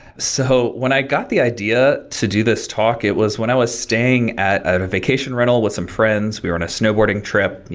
so when i got the idea to do this talk, it was when i was staying at a vacation rental with some friends, we were in a snowboarding trip,